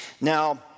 Now